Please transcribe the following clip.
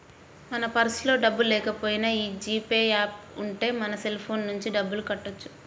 మన పర్సులో డబ్బుల్లేకపోయినా యీ జీ పే యాప్ ఉంటే మన సెల్ ఫోన్ నుంచే డబ్బులు కట్టొచ్చు